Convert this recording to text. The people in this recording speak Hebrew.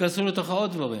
ייכנסו לתוכה עוד דברים: